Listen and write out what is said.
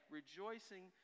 rejoicing